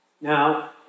Now